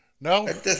No